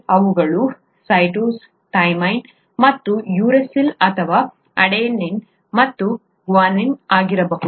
ಅವುಗಳು cytosine thymine ಮತ್ತು uracil ಅಥವಾ ಅಡೆನಿನ್ ಮತ್ತು ಗ್ವಾನೈನ್ ಆಗಿರಬಹುದು